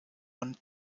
und